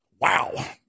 Wow